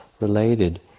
related